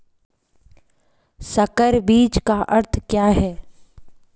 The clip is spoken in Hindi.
संकर बीज का अर्थ क्या है?